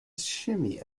shimmy